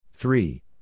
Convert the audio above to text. Three